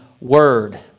Word